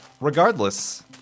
Regardless